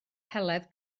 heledd